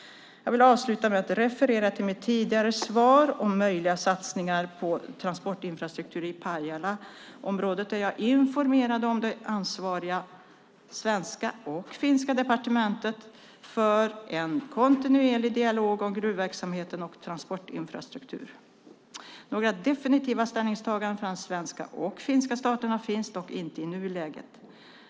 Jag vill avsluta med att referera till mitt tidigare svar om möjliga statliga satsningar på transportinfrastruktur i Pajalaområdet där jag informerade om att de ansvariga svenska och finska departementen för en kontinuerlig dialog om gruvverksamhet och transportinfrastruktur. Några definitiva ställningstaganden från de svenska och finska staterna finns dock inte i nuläget.